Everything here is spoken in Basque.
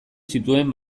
zituen